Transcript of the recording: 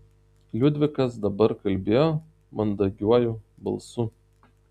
liudvikas dabar kalbėjo mandagiuoju balsu